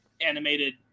animated